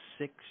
six